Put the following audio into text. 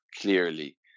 clearly